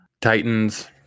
titans